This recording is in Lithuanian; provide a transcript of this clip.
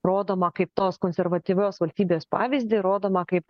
rodoma kaip tos konservatyvios valstybės pavyzdį rodoma kaip